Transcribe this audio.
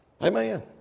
Amen